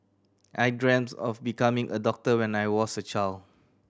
I dreamt of becoming a doctor when I was a child